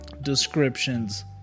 descriptions